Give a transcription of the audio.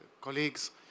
colleagues